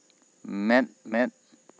ᱢᱮᱸᱫ ᱢᱮᱸᱫ